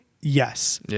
Yes